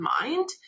mind